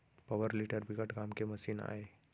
power tiller बिकट काम के मसीन आय